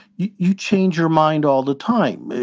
you change your mind all the time.